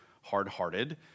hard-hearted